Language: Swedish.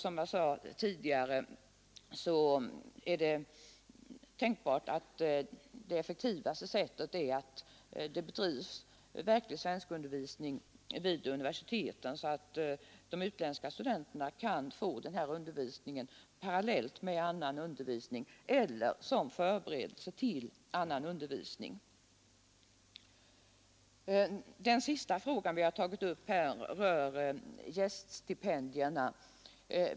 Som jag sade tidigare är det tänkbart att det effektivaste sättet är att den bedrivs vid universiteten, så att de utländska studenterna kan få denna undervisning parallellt med annan undervisning eller som förberedelse till annan undervisning. Den sista fråga vi tagit upp rör gäststipendierna.